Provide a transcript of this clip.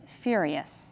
furious